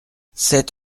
sept